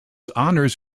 honors